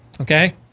okay